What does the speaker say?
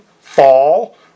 fall